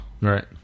right